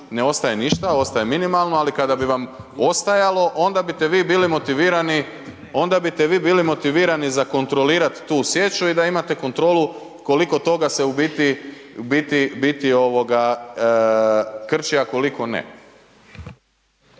…ne ostaje ništa, ostaje minimalno ali kada bi vam ostajalo onda bi vi bili motivirani za kontrolirat tu sječu i da imate kontrolu koliko toga se u biti krči a koliko ne.